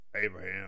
Abraham